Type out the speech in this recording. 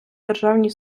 державній